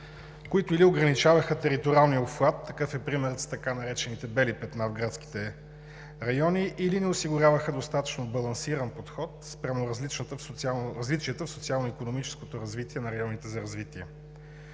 които или ограничаваха териториалния обхват – такъв е примерът с така наречените бели петна в градските райони, или не осигуряваха достатъчно балансиран подход спрямо различията в социално-икономическото развитие на районите за развитие.